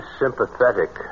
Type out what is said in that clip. sympathetic